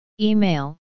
Email